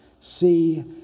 See